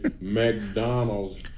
McDonald's